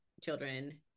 children